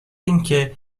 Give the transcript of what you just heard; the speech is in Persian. اینکه